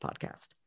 podcast